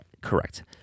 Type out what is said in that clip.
Correct